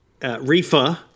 Rifa